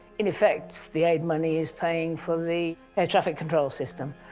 in effects the aid money is paying for the air traffic control system.